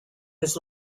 his